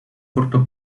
corto